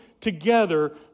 together